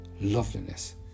loveliness